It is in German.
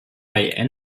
bei